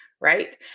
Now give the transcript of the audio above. right